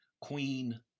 queen